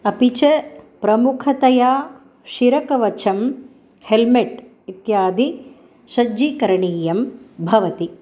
अपि च प्रमुखतया शिरःकवचं हेल्मेट् इत्यादि सज्जीकरणीयं भवति